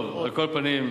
טוב, על כל פנים,